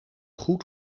goed